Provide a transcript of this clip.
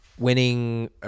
Winning